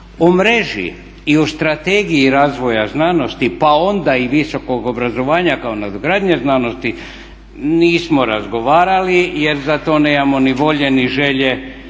U mreži i u Strategiji razvoja znanosti pa onda i visokog obrazovanja kao nadogradnje znanosti nismo razgovarali jer za to nemamo ni volje ni želje